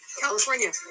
California